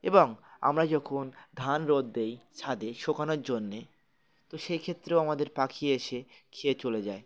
এবং আমরা যখন ধান রোদ দেই ছাদে শোকানোর জন্যে তো সেইক্ষেত্রেও আমাদের পাখি এসে খেয়ে চলে যায়